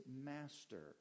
master